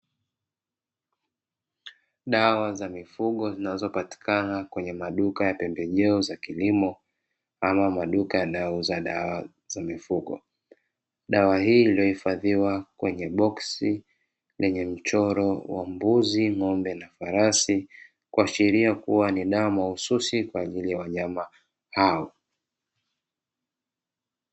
Dawa za mifugo zinazopatikana kwenye maduka ya pembejeo za kilimo ama maduka yanayouza dawa za mifugo. Dawa hiii iliyohifadhiwa kwenye boksi lenye mchoro wa mbuzi, ng’ombe na farsi, kuashiria kuwa ni dawa mahusisi kwa ajili ya wanyama hao.